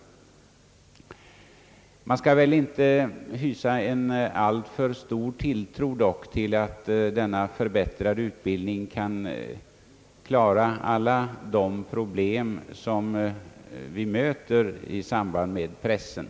Emellertid skall man väl inte hysa en alltför stor tilltro till att den förbättrade utbildningen kommer att lösa alia de problem vi möter när det gäller pressen.